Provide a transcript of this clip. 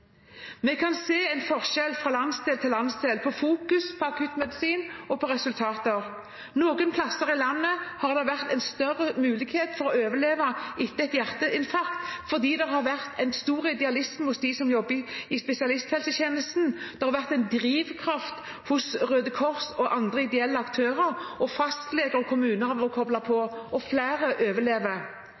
Vi kan se forskjell fra landsdel til landsdel når det gjelder vektlegging av akuttmedisin og resultater. Noen steder i landet har det vært større mulighet for å overleve etter et hjerteinfarkt fordi det har vært en stor idealisme hos dem som jobber i spesialisthelsetjenesten, fordi det har vært en drivkraft hos Røde Kors og andre ideelle aktører, og fordi fastleger og kommuner har vært koblet på. Flere overlever. Dette må vi få til å